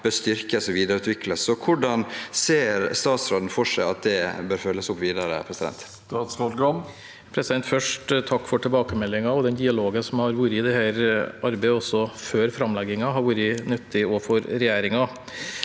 styrkes og videreutvikles. Hvordan ser statsråden for seg at det bør følges opp videre? Statsråd Bjørn Arild Gram Først takk for tilbakemeldingen. Den dialogen som har vært i dette arbeidet også før framleggingen, har vært nyttig også for regjeringen.